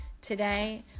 Today